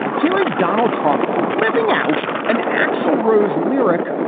here is donald trump living out an axl rose lyric.